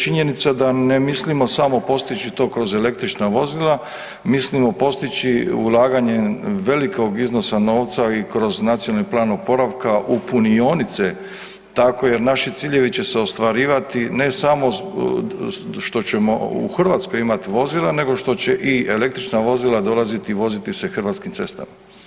Činjenica da ne mislimo samo postići to kroz električna vozila, mislimo postići ulaganjem velikog iznosa novca i kroz nacionalni plan oporavka u punionice takve jer naši ciljevi će se ostvarivati ne samo što ćemo u Hrvatskoj imati vozila nego što će i električna vozila dolaziti i voziti se hrvatskim cestama.